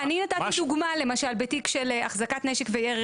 אני נתתי דוגמה בתיק של החזקת נשק וירי,